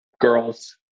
girls